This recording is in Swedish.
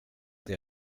det